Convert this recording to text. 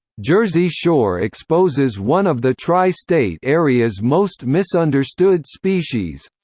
jersey shore exposes one of the tri-state area's most misunderstood species.